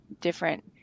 different